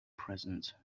present